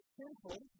simple